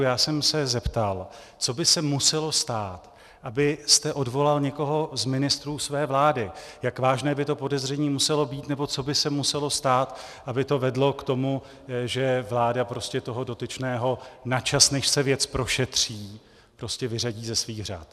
Já jsem se zeptal, co by se muselo stát, abyste odvolal někoho z ministrů své vlády, jak vážné by to podezření muselo být nebo co by se muselo stát, aby to vedlo k tomu, že vláda prostě toho dotyčného na čas, než se věc prošetří, prostě vyřadí ze svých řad.